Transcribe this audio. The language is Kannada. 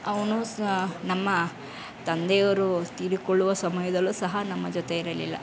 ಅವನು ಸ್ನ ನಮ್ಮ ತಂದೆಯವರು ತೀರಿಕೊಳ್ಳುವ ಸಮಯದಲ್ಲೂ ಸಹ ನಮ್ಮ ಜೊತೆ ಇರಲಿಲ್ಲ